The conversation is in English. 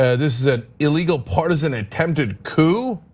ah this is an illegal partisan attempted coup.